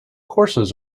courses